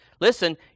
listen